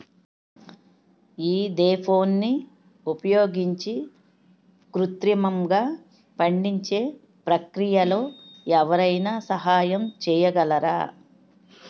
ఈథెఫోన్ని ఉపయోగించి కృత్రిమంగా పండించే ప్రక్రియలో ఎవరైనా సహాయం చేయగలరా?